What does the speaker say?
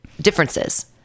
differences